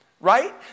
right